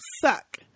suck